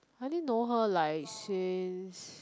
I only know her like says